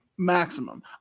maximum